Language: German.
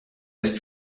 ist